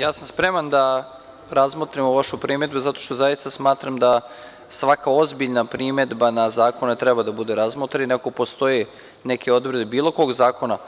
Ja sam spreman da razmotrimo vašu primedbu, zato što zaista smatram da svaka ozbiljna primedba na zakone treba da bude razmotrena i ako postoje neke odredbe bilo kog zakona,